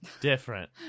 different